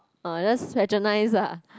orh just patronize ah